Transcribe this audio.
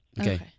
Okay